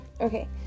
Okay